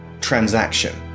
transaction